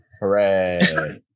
Hooray